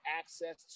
access